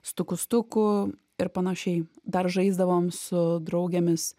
stuku stuku ir panašiai dar žaisdavom su draugėmis